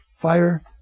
fire